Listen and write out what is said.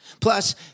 Plus